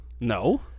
No